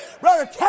Brother